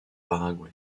paraguay